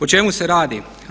O čemu se radi?